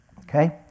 Okay